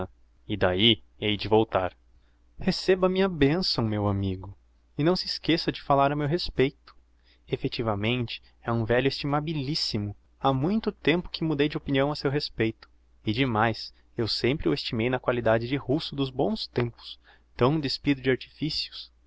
e d'ahi hei de voltar receba a minha benção meu amigo e não se esqueça de falar a meu respeito effectivamente é um velho estimabilissimo ha muito tempo que mudei de opinião a seu respeito e demais eu sempre o estimei na qualidade de russo dos bons tempos tão despido de artificios